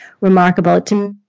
remarkable